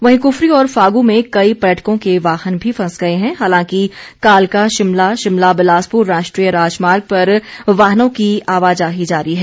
वहीं कुफरी और फागू में कई पर्यटकों के वाहन भी फंस गए हैं हालांकि कालका शिमला शिमला बिलासपुर राष्ट्रीय राजमार्ग पर वाहनों की आवाजाही जारी है